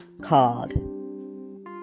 called